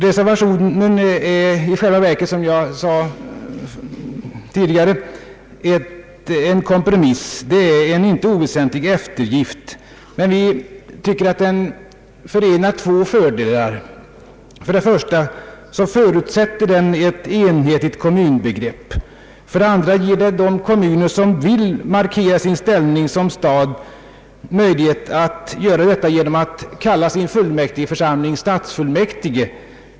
Reservationen är i själva verket — som jag tidigare sagt — en kompromiss, en inte oväsentlig eftergift, men vi anser att den förenar två fördelar: För det första förutsätter den ett enhetligt kommunbegrepp. För det andra ger den de kommuner som vill markera sin ställning som stad möjlighet att göra detta genom att kalla sin fullmäktigeförsamling «stadsfullmäktige.